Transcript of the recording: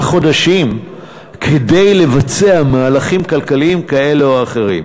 חודשים כדי לבצע מהלכים כלכליים כאלה או אחרים.